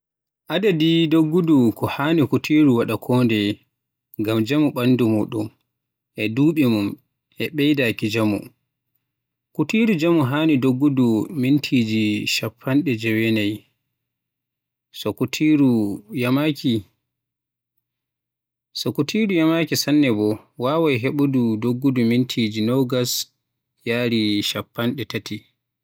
Adadi doggudu ko haani kutiru waɗa kondeye, ngam njamu ɓandu mun, e duɓi mun e ɓeydaaki jaamu. Kutiru jaamu haani doggudu mintiji chappanɗe jewenay, so kutiru yaamaki sanne bo wawaay heɓude doggudu mintiji nogas yari chappanɗe tati.